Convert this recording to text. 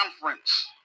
conference